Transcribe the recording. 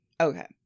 Okay